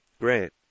Great